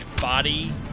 body